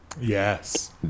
Yes